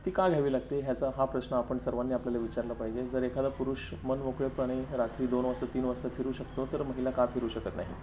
ती का घ्यावी लागते ह्याचा हा प्रश्न आपण सर्वांनी आपल्याला विचारला पाहिजे जर एखादा पुरुष मन मोकळेपणे रात्री दोन वाजता तीन वाजता फिरू शकतो तर महिला का फिरू शकत नाही